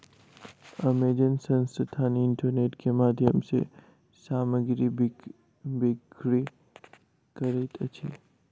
Amazon संस्थान internet के माध्यम सॅ सामग्री बिक्री करैत अछि